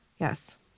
Yes